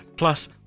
Plus